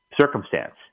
circumstance